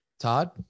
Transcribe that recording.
Todd